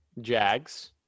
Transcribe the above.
Jags